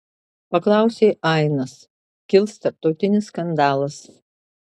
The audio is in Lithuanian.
paklausė ainas kils tarptautinis skandalas